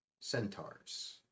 Centaurs